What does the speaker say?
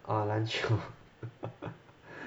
ah 篮球